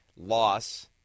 loss